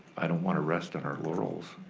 i don't wanna rest on our laurels,